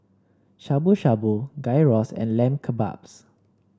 Shabu Shabu Gyros and Lamb Kebabs